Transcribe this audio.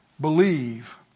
believe